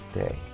day